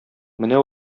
менә